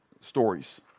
stories